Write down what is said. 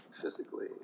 physically